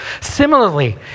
Similarly